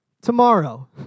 tomorrow